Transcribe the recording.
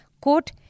quote